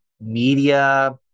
media